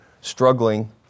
struggling